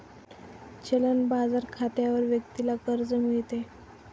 चलन बाजार खात्यावर व्यक्तीला कर्ज मिळते